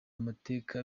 amateka